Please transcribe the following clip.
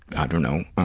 i don't know,